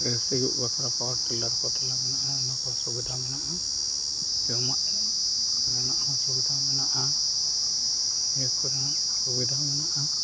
ᱥᱤᱭᱩᱜ ᱵᱟᱠᱷᱨᱟ power tiller ᱠᱚ ᱛᱟᱞᱮ ᱢᱮᱱᱟᱜᱼᱟ ᱚᱱᱟ ᱠᱚ ᱥᱩᱵᱤᱫᱷᱟ ᱢᱮᱱᱟᱜᱼᱟ ᱡᱚᱢᱟᱜ ᱠᱚᱨᱮᱱᱟᱜ ᱦᱚᱸ ᱥᱩᱵᱤᱫᱷᱟ ᱢᱮᱱᱟᱜᱼᱟ ᱤᱭᱟᱹ ᱠᱚᱨᱮᱱᱟᱜ ᱥᱩᱵᱤᱫᱷᱟ ᱢᱮᱱᱟᱜᱼᱟ